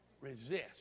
Resist